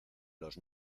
los